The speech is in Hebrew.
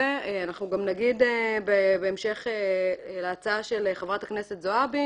אנחנו גם נגיד בהמשך להצעה של חברת הכנסת זועבי,